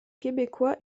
québécois